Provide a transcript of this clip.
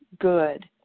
good